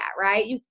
right